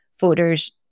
voters